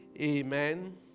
amen